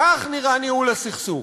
כך נראה ניהול הסכסוך.